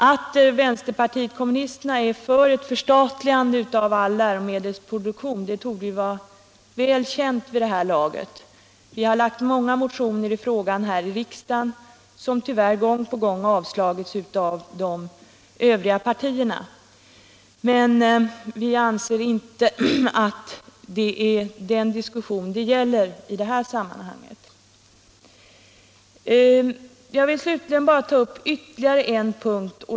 Att vänsterpartiet kommunisterna är för ett förstatligande av all läro — Radio och television medelsproduktion torde vara väl känt vid det här laget. Vi har väckt i utbildningsväsenmånga motioner i frågan här i riksdagen som tyvärr gång på gång avslagits det av de övriga partierna. Men vi anser inte att det är den diskussionen som det gäller i det här sammanhanget. Jag vill slutligen ta upp ytterligare en punkt.